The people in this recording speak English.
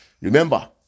remember